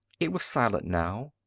it was silent now.